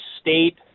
State